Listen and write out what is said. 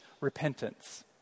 repentance